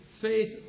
faith